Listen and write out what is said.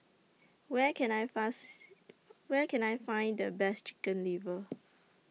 Where Can I fast Where Can I Find The Best Chicken Liver